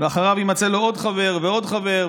ואחריו יימצא לו עוד חבר ועוד חבר.